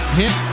hit